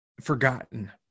forgotten